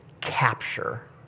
capture